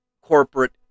corporate